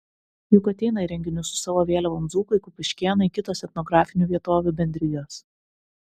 juk ateina į renginius su savo vėliavom dzūkai kupiškėnai kitos etnografinių vietovių bendrijos